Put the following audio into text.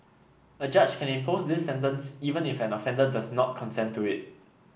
a judge can impose this sentence even if an offender does not consent to it